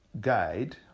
guide